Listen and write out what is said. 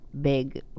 big